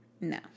No